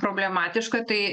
problematiška tai